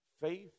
Faith